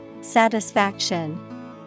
Satisfaction